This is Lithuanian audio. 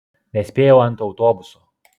nespėjau ant autobuso